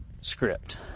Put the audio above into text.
script